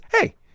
hey